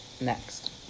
Next